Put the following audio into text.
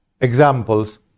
examples